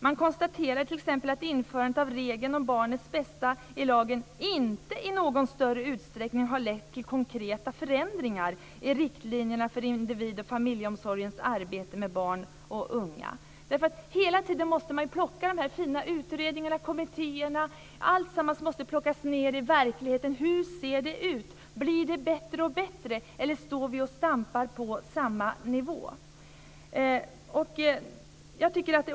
Man konstaterar t.ex. att införandet av regeln om "barnets bästa" i lagen inte i någon större utsträckning har lett till konkreta förändringar i riktlinjerna för individ och familjeomsorgens arbete med barn och unga. Hela tiden måste man plocka de här fina utredningarna, kommittéerna m.m. ned i verkligheten: Hur ser det ut? Blir det bättre och bättre, eller står vi och stampar på samma nivå?